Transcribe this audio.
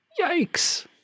Yikes